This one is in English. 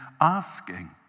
asking